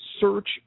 search